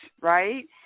right